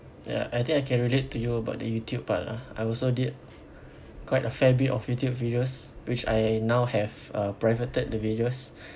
ya I think I can relate to you about the Youtube part lah I also did quite a fair bit of Youtube videos which I now have uh privated the videos